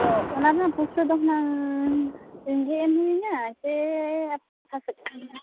ᱛᱚ ᱚᱱᱟᱨᱮᱱᱟᱜ ᱯᱩᱭᱥᱟᱹ ᱫᱚ ᱦᱩᱱᱟᱹᱝ ᱤᱧᱜᱮ ᱮᱢ ᱦᱩᱭᱟᱹᱧᱟᱹ ᱥᱮ